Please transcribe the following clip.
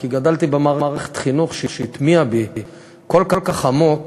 כי גדלתי במערכת חינוך שהטמיעה בי כל כך עמוק